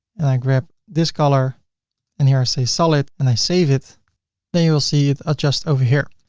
and i grab this color and here i say solid, and i save it then you'll see it adjusts over here.